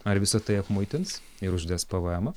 ar visa tai apmuitins ir uždės pvm ą